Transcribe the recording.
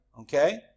Okay